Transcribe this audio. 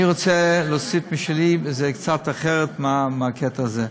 אני רוצה להוסיף משלי, וזה קצת אחרת מהקטע הזה.